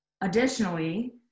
Additionally